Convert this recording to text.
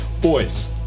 boys